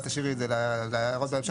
דנה, אולי תשאירי את זה להערות בהמשך.